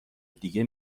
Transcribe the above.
دیگه